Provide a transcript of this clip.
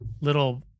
little